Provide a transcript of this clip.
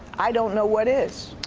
i don't know what is.